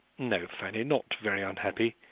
no, fanny, not very unhappy.